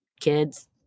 kids